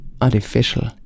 artificial